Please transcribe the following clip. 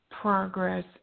progress